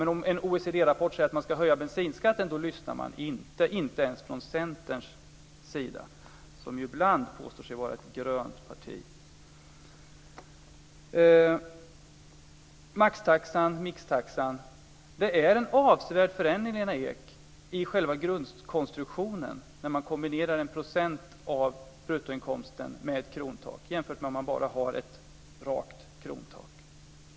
Men om en OECD-rapport säger att bensinskatten ska höjas lyssnar man inte - inte ens i Centern, som ju ibland påstår sig vara ett grönt parti. Så till maxtaxan, mixtaxan. Det är en avsevärd förändring, Lena Ek, i själva grundkonstruktionen när man kombinerar procent av bruttoinkomsten med ett krontak; detta jämfört med att bara ha ett rakt krontak.